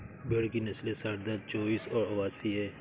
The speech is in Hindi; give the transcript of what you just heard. भेड़ की नस्लें सारदा, चोइस और अवासी हैं